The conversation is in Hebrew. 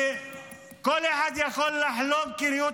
כל אחד יכול לחלום כראות